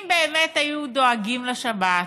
אם באמת היו דואגים לשבת,